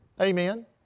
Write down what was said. Amen